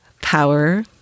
power